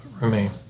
remain